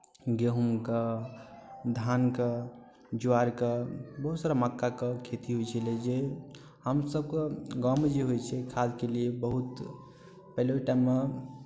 गेहूँके धानके ज्वारके बहुत सारा मक्काके खेती होइ छलै जे हमसभके गाममे जे होइ छै खादके लिए बहुत पहिलेके टाइममे